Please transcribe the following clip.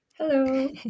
Hello